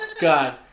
God